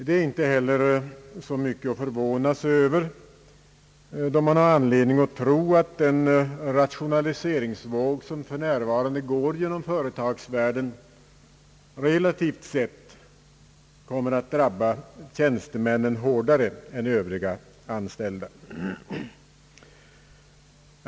Det är inte heller så mycket att förvåna sig över, då man har anledning att tro att den rationaliseringsvåg som för närvarande går genom företagsvärlden relativt sett kommer att drabba tjänstemännen hårdare än Övriga anställda.